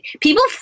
people